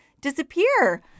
disappear